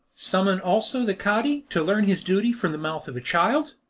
summon also the cadi, to learn his duty from the mouth of a child.